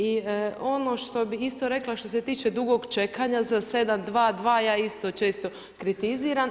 I ono što bih isto rekla što se tiče dugog čekanja za 7.22 ja isto često kritiziram.